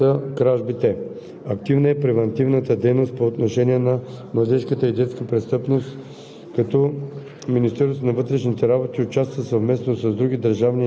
Структуроопределящи за детската престъпност продължават да са престъпленията против собствеността, като основно преобладават кражбите.